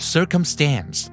Circumstance